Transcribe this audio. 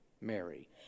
Mary